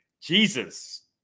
Jesus